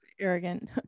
arrogant